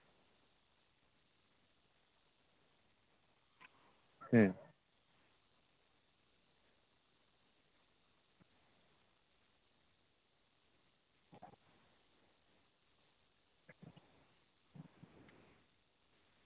ᱦᱩᱸ